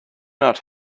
not